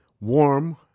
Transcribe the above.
warm